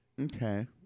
okay